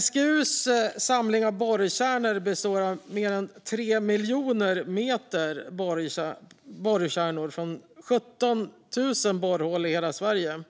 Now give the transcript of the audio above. SGU:s samling av borrkärnor består av mer än 3 miljoner meter borrkärnor från 17 000 borrhål i hela Sverige.